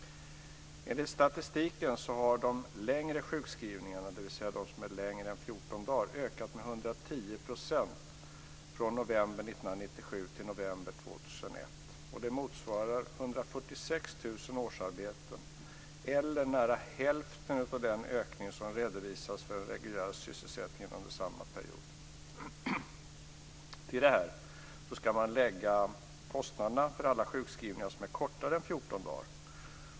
Enligt statistiken har de längre sjukskrivningarna 2001. Det motsvarar 146 000 årsarbeten eller nära hälften av den ökning som redovisas för den reguljära sysselsättningen under samma period. Till detta ska läggas kostnaderna för alla sjukskrivningar som är kortare än 14 dagar.